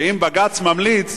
ואם בג"ץ ממליץ,